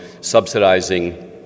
subsidizing